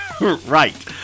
Right